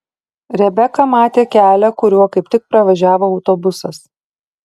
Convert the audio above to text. rebeka matė kelią kuriuo kaip tik pravažiavo autobusas